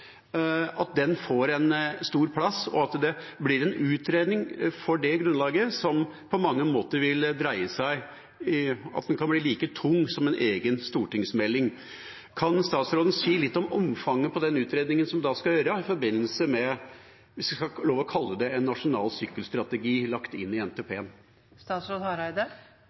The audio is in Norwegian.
får en stor plass, at det blir en utredning for det grunnlaget som det på mange måter vil dreie seg om, at den kan bli like tung som en egen stortingsmelding. Kan statsråden si litt om omfanget av den utredningen som skal gjøres i forbindelse med – hvis vi kan få lov til å kalle det det – en nasjonal sykkelstrategi lagt inn i